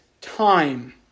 time